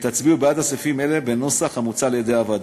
ותצביעו בעד סעיפים אלה בנוסח המוצע על-ידי הוועדה.